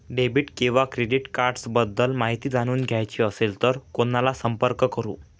Debit किंवा credit cards बद्दल माहिती जाणून घ्यायची असेल तर कोणाला संपर्क करु?